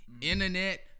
internet